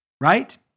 right